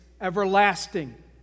everlasting